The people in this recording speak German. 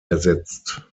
ersetzt